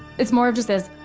it's more of just this,